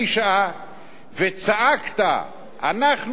צעקת: אנחנו בעד שוויון,